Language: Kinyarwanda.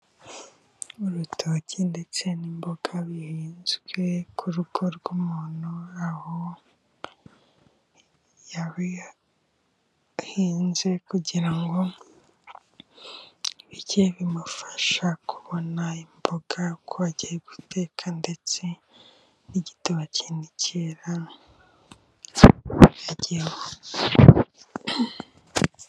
Urutoki ndetse n'imboga bihinzwe ku rugo rw'umuntu aho yabihinze kugira ngo bijye bimufasha kubona imboga uko agiye guteka, ndetse n'igitoi nicyera aryeho.